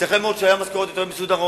ייתכן מאוד שהיו משכורות יותר מסודרות.